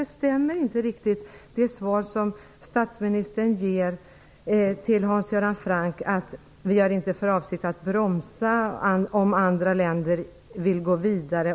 Det stämmer inte riktigt med det svar som statsministern gav till Hans Göran Franck, att vi inte har till avsikt att bromsa om andra länder vill gå vidare.